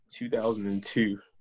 2002